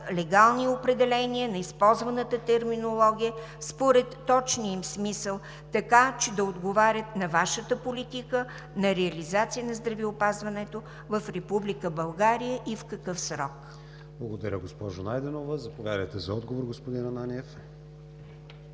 легални определения на използваната терминология според точния им смисъл, така, че да отговарят на Вашата политика на реализация на здравеопазването в Република България и в какъв срок? ПРЕДСЕДАТЕЛ КРИСТИАН ВИГЕНИН: Благодаря, госпожо Найденова. Заповядайте за отговор, господин Ананиев.